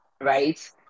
right